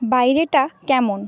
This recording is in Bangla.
বাইরেটা কেমন